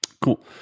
cool